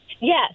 Yes